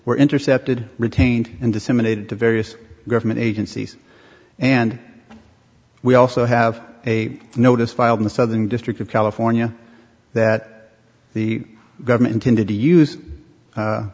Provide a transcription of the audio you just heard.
were intercepted retained and disseminated to various government agencies and we also have a notice filed in the southern district of california that the government intended to use